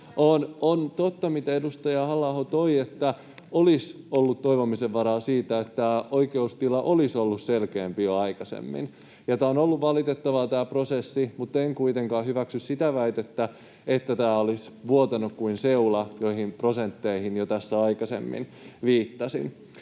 On totta, mitä edustaja Halla-aho toi, että olisi ollut toivomisen varaa siinä, että tämä oikeustila olisi ollut selkeämpi jo aikaisemmin. Tämä prosessi on ollut valitettavaa, mutta en kuitenkaan hyväksy sitä väitettä, että tämä olisi vuotanut kuin seula, kuten jo tässä aikaisemmin viittasin